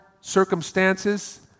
circumstances